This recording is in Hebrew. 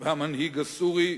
והמנהיג הסורי,